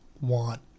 want